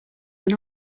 than